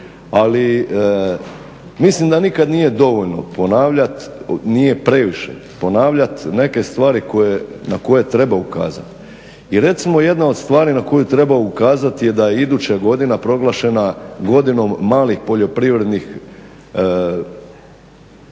Ali mislim da nikad nije dovoljno ponavljati, nije previše ponavljati neke stvari na koje treba ukazati. I recimo jedna od stvari na koju treba ukazati je da je iduća godina proglašena godinom malih poljoprivrednih OPG-a,